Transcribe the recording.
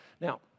Now